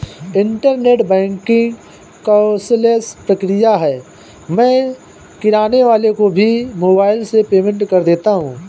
internet banking cashless प्रक्रिया है मैं किराने वाले को भी मोबाइल से पेमेंट कर देता हूँ